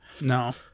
no